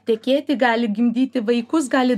tekėti gali gimdyti vaikus gali